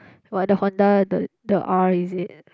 !wah! the Honda the the R is it